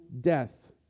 death